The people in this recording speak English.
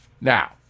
Now